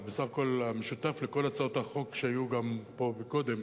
ובסך הכול המשותף לכל הצעות החוק שהיו פה גם קודם,